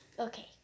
Okay